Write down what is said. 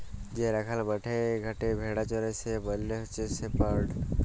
যে রাখাল মাঠে ঘাটে ভেড়া চরাই সে মালে হচ্যে শেপার্ড